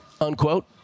unquote